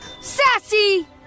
Sassy